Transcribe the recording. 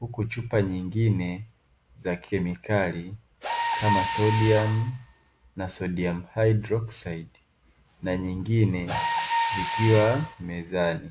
huku chupa nyingine za kemikali, kama sodiamu na sodiamu haidroksaidi na nyingine zikiwa mezani.